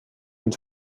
une